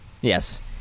yes